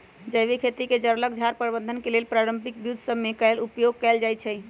जैविक खेती में जङगल झार प्रबंधन के लेल पारंपरिक विद्ध सभ में उपयोग कएल जाइ छइ